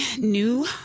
new